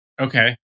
okay